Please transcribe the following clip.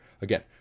Again